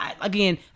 again